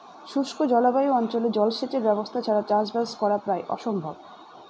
শুষ্ক জলবায়ু অঞ্চলে জলসেচের ব্যবস্থা ছাড়া চাষবাস করা প্রায় অসম্ভব